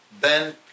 Ben